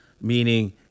meaning